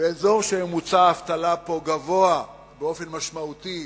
באזור שממוצע האבטלה בו גבוה באופן משמעותי